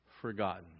Forgotten